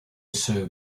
served